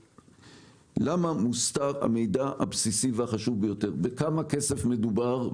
למה מוסתר המידע הבסיסי והחשוב ביותר בכמה כסף מדובר.